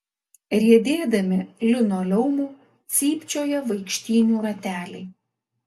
riedėdami linoleumu cypčioja vaikštynių rateliai